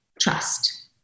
trust